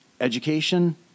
Education